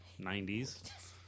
90s